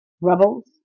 rebels